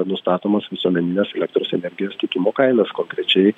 nustatomos visuomeninės elektros energijos tiekimo kainos konkrečiai